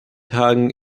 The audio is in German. tagen